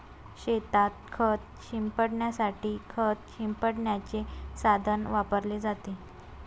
शेतात खत शिंपडण्यासाठी खत शिंपडण्याचे साधन वापरले जाते